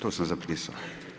Tu sam zapisao.